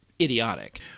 idiotic